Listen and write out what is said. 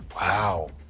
Wow